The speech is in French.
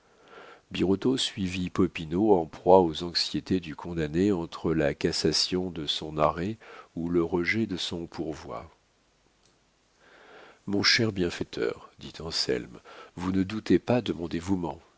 birotteau suivit popinot en proie aux anxiétés du condamné entre la cassation de son arrêt ou le rejet de son pourvoi mon cher bienfaiteur dit anselme vous ne doutez pas de mon dévouement